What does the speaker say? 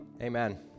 Amen